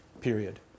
period